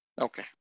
Okay